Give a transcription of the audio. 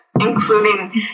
Including